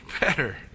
better